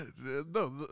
No